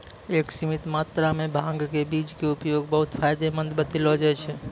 एक सीमित मात्रा मॅ भांग के बीज के उपयोग बहु्त फायदेमंद बतैलो जाय छै